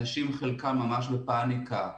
חלקם ממש בפניקה,